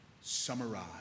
summarize